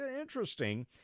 Interesting